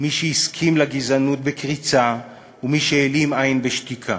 מי שהסכים לגזענות בקריצה ומי שהעלים עין בשתיקה.